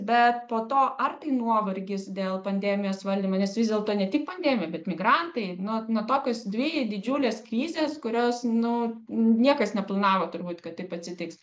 bet po to ar tai nuovargis dėl pandemijos valdymo nes vis dėlto ne tik pandemija bet migrantai nu nu tokios dvi didžiulės krizės kurios nu niekas neplanavo turbūt kad taip atsitiks